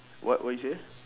what what you say